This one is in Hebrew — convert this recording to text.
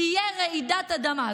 תהיה רעידת אדמה.